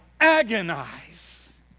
agonize